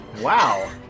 Wow